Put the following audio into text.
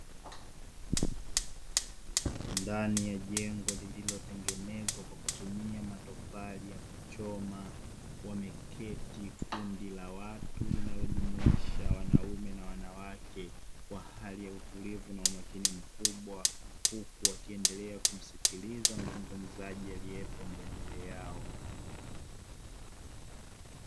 Ndani ya jengo lililotengenezwa kwa kutumia matofali ya kuchoma, wameketi kundi la watu linalojumuisha wanaume na wanawake. Kwa hali ya utulivu na umakini mkubwa, huku wakiendelea kumsikiliza mzungumzaji aliyeko mbele yao.